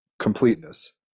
completeness